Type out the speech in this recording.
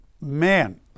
man